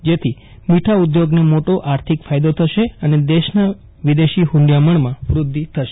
જેથી મીઠા ઉદ્યોગને મોટો આર્થિક ફાયદો થશે અને દેશના વિદેશી હૃંડિયામણમાં વૃદ્ધિ થશે